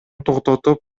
токтотуп